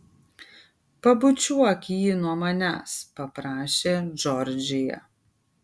pabučiuok jį nuo manęs paprašė džordžija